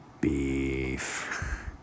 Beef